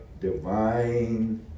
divine